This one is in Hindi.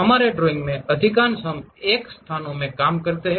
हमारे ड्राइंग के अधिकांश हम इस X स्थान में काम करते हैं